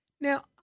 Now